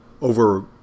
over